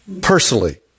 personally